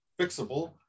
fixable